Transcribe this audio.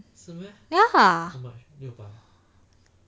ya